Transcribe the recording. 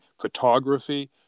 photography